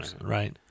right